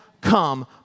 come